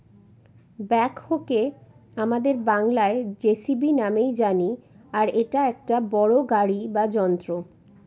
ব্যাকহোকে আমাদের বাংলায় যেসিবি নামেই জানি আর এটা একটা বড়ো গাড়ি বা যন্ত্র